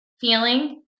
feeling